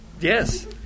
Yes